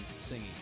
singing